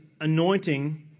anointing